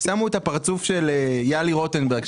שמו את הפרצוף של יהלי רוטנברג,